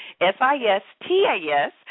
F-I-S-T-A-S